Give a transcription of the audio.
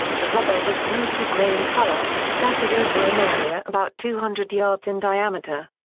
the rubber was smoky gray in color and scattered over an area about two hundred yards in diameter.